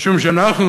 משום שאנחנו,